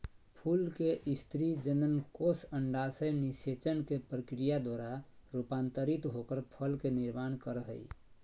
फूल के स्त्री जननकोष अंडाशय निषेचन के प्रक्रिया द्वारा रूपांतरित होकर फल के निर्माण कर हई